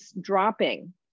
dropping